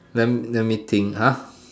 let let me think ah